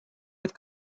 with